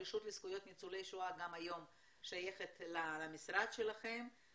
הרשות לזכויות ניצולי השואה היום שייכת למשרד שלכם.